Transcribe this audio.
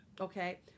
Okay